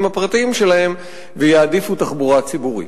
הפרטיים שלהם ויעדיפו תחבורה ציבורית.